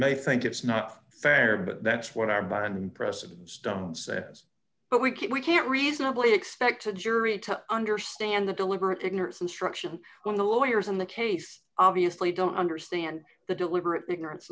may think it's not fair but that's what our bar and president stone says but we can't we can't reasonably expect a jury to understand that deliberate ignorance instruction when the lawyers in the case obviously don't understand the deliberate ignorance